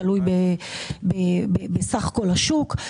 תלוי בסך כל השוק,